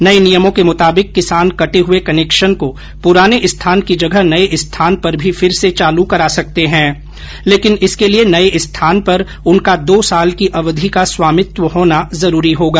नये नियमों के मुताबिक किसान कटे हुए कनेक्शन को पुराने स्थान की जगह नये स्थान पर भी फिर से चालू करा सकर्ते है लेकिन इसके लिये नये स्थान पर उनका दो साल की अवधि का स्वामित्व होना जरूरी होगा